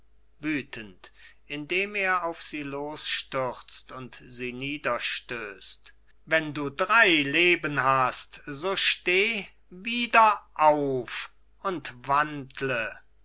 wütend indem er auf sie losstürzt und sie niederstößt wenn du drei leben hast so steh wieder auf und wandle